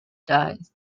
dies